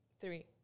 three